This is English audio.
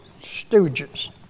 stooges